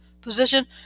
position